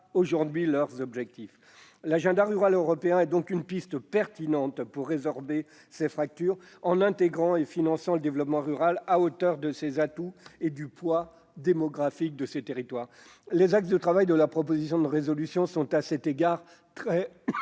pas leurs objectifs. L'agenda rural européen est donc une piste pertinente pour résorber ces fractures, en intégrant et en finançant le développement rural à hauteur de ses atouts et du poids démographique de ces territoires. Les axes de travail de la proposition de résolution sont à cet égard tout